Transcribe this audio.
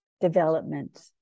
development